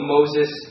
Moses